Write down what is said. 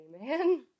man